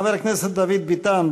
חבר הכנסת דוד ביטן,